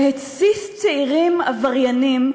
והתסיס צעירים עבריינים,